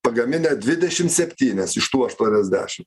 pagaminę dvidešim septynias iš tų aštuoniasdešim